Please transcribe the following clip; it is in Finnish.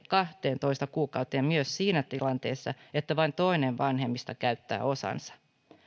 kahteentoista kuukauteen myös siinä tilanteessa että vain toinen vanhemmista käyttää osansa